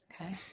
Okay